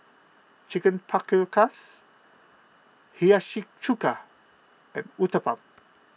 Chicken Paprikas Hiyashi Chuka and Uthapam